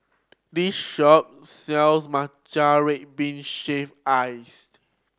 this shop sells matcha red bean shave ice